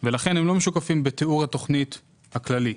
ולכן הם לא משוקפים בתיאור התכנית הכללית,